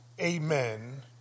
amen